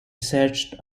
searched